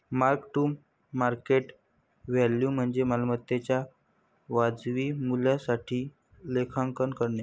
mark to market value म्हणजे मालमत्तेच्या वाजवी मूल्यासाठी लेखांकन करणे